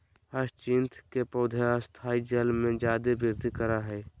hyacinth के पौधा स्थायी जल में जादे वृद्धि करा हइ